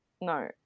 No